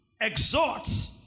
Exhort